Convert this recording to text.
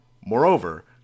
Moreover